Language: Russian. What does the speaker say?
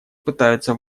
пытаются